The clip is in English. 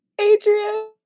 Adrian